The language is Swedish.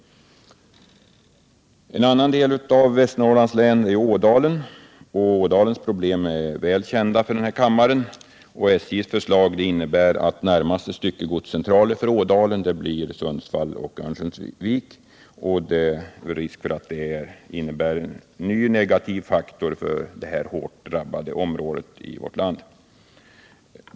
En annan del av Västernorrlands län är Ådalen, vars problem är väl kända för kammaren. SJ:s förslag innebär att närmaste styckegodscentraler blir Sundsvall och Örnsköldsvik, och det finns risk för att detta kommer att innebära en ny negativ faktor för det här hårt drabbade området i vårt land.